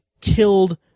killed